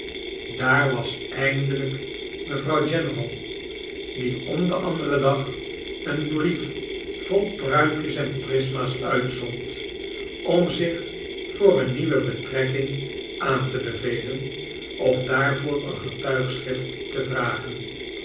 daar was eindelijk mevrouw general die om den anderen dag een brief vol pruimpjes en prisma's uitzond om zich voor een nieuwe betrekking aan te bevelen of daarvoor een getuigschrift te vragen